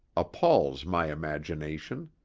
appals my imagination.